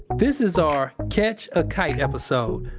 this is our catch a kite episode,